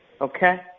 okay